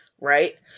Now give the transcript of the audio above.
Right